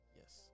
Yes